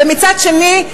ומצד שני,